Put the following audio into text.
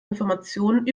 informationen